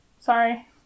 Sorry